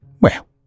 Well